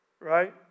Right